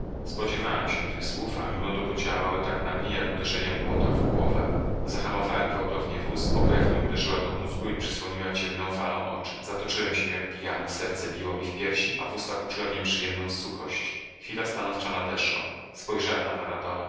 spodziewałem się tych słów a mimo to podziałały tak na mnie jak uderzenia młota w głowę zahamowałem gwałtownie wóz bo krew mi uderzyła do mózgu i przysłoniła ciemną falą oczy zatoczyłem się jak pijany serce biło mi w piersi w ustach uczułem nieprzyjemną suchość chwila stanowcza nadeszła spojrzałem na